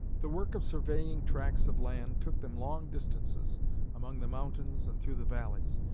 the work of surveying grants of land took them long distances among the mountains and through the valleys.